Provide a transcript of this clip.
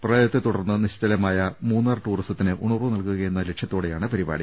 പ്രളയത്തെ തുടർന്ന് നിശ്ചലമായ മൂന്നാർ ടൂറിസത്തിന് ഉണർവു നൽകുക എന്ന ലക്ഷ്യത്തോടെയാണ് പരിപാടി